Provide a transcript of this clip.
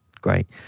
great